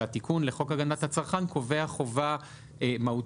והתיקון לחוק הגנת הצרכן קובע חובה מהותית,